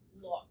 look